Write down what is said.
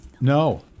No